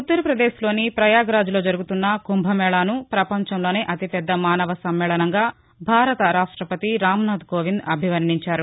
ఉత్తర్పదేశ్లోని పయాగరాజ్లో జరుగుతున్న కుంభమేళాను పపంచంలోనే అతి పెద్ద మానవ సమ్మేళనంగా భారత రాష్టపతి రాంనాధ్ కోవింద్ అభివర్ణించారు